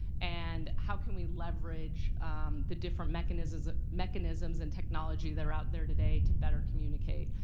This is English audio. and how can we leverage the different mechanisms ah mechanisms and technology that are out there today to better communicate.